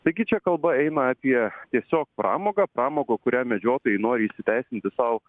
taigi čia kalba eina apie tiesiog pramogą pramogą kurią medžiotojai nori įsiteisinti sau